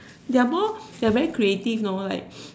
they're more they are very creative know like